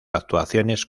actuaciones